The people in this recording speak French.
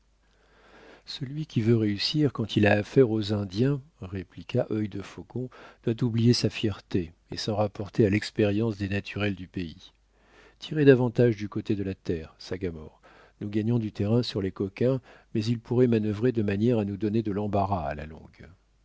celui qui veut réussir quand il a affaire aux indiens répliqua œil de faucon doit oublier sa fierté et s'en rapporter à l'expérience des naturels du pays tirez davantage du côté de la terre sagamore nous gagnons du terrain sur les coquins mais ils pourraient manœuvrer de manière à nous donner de l'embarras à la longue